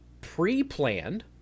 pre-planned